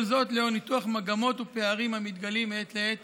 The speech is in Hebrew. כל זאת, לאור ניתוח מגמות ופערים המתגלים מעת לעת